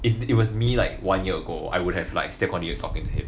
if it was me like one year ago I would have like still continue talking to him